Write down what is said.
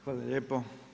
Hvala lijepo.